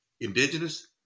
indigenous